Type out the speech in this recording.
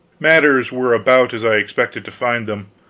matters were about as i expected to find them.